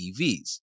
EVs